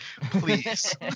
Please